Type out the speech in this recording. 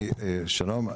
שלום,